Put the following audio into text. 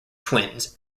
twins